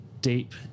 deep